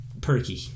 perky